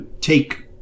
take